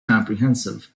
comprehensive